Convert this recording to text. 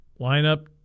lineup